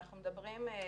אנחנו מדברים על